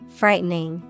frightening